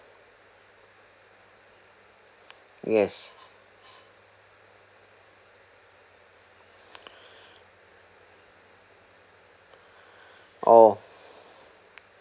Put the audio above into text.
yes oh